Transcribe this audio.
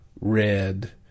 red